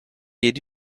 yedi